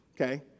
okay